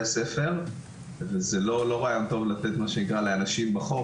הספר וזה לא רעיון טוב לתת לאנשים בחוף,